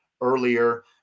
earlier